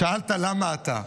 שאלת: למה אתה?